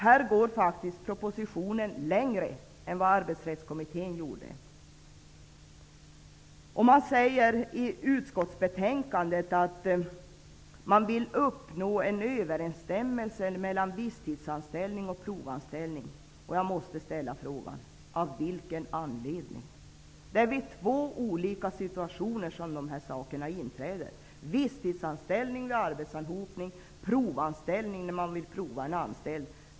Här går faktiskt propositionen längre än vad Arbetsrättskommittén gjorde. I sitt betänkande skriver utskottet att ''man vill uppnå en överensstämmelse mellan visstidsanställing och provanställning''. Jag måste fråga: Av vilken anledning? Det är i två olika situationer som dessa anställningar blir aktuella: visstidsanställning vid arbetsanhopning och provanställning när man vill prova en anställd.